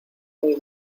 muy